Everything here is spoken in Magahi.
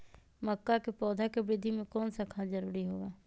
मक्का के पौधा के वृद्धि में कौन सा खाद जरूरी होगा?